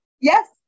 Yes